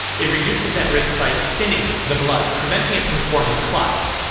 it reduces that risk by thinning the blood, preventing it from forming clots.